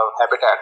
habitat